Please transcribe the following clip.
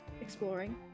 exploring